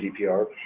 GDPR